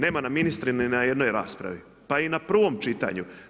Nema nam ministra ni na jednoj raspravi, pa i na prvom čitanju.